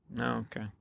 okay